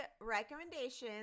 recommendations